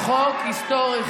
התש"ף 2020. זה חוק היסטורי,